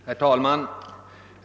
Herr talman!